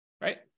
right